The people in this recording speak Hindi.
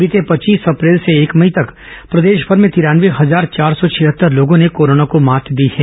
बीते पच्चीस अप्रैल से एक मई तक प्रदेशमर में तिरानवे हजार चार सौ छिहत्तर लोगों ने कोरोना को मात दी है